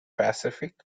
pacific